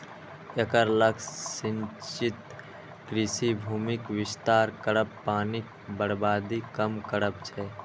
एकर लक्ष्य सिंचित कृषि भूमिक विस्तार करब, पानिक बर्बादी कम करब छै